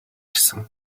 ирсэн